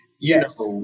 Yes